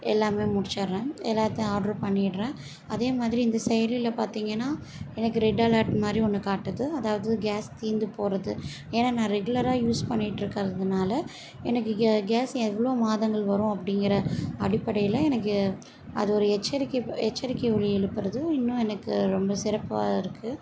எல்லாமே முடிச்சிடுறேன் எல்லாத்தையும் ஆர்டர் பண்ணிடுறேன் அதே மாதிரி இந்த செயலியில பார்த்திங்கனா எனக்கு ரெட் அலார்ட் மாரி ஒன்று காட்டுது அதாவது கேஸ் தீர்ந்து போகறது ஏன்னா நான் ரெகுலராக யூஸ் பண்ணிகிட்டு இருக்கிறதுனால எனக்கு கே கேஸ் எவ்வளோ மாதங்கள் வரும் அப்படிங்கிற அடிப்படையில் எனக்கு அது ஒரு எச்சரிக்கை எச்சரிக்கை ஒலி எழுப்புறதும் இன்னும் எனக்கு ரொம்ப சிறப்பாக இருக்கு